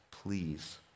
Please